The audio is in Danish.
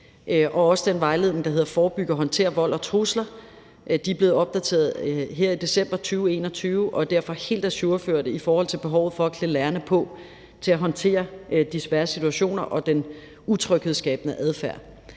også den vejledning, der hedder »Forebyg og håndter vold og trusler«. De er blevet opdateret her i december 2021 og er derfor helt ajourførte i forhold til behovet for at klæde lærerne på til at håndtere de svære situationer og den utryghedsskabende adfærd.